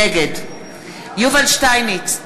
נגד יובל שטייניץ,